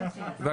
טוב,